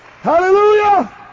Hallelujah